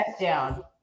down